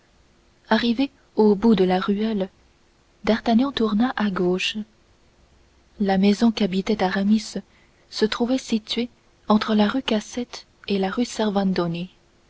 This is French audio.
arrivé au bout de la ruelle d'artagnan tourna à gauche la maison qu'habitait aramis se trouvait située entre la rue cassette et la rue